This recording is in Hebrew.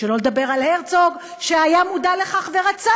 שלא לדבר על הרצוג שהיה מודע לכך ורצה